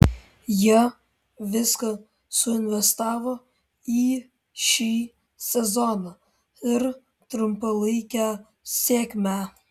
jie viską suinvestavo į šį sezoną ir trumpalaikę sėkmę